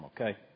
okay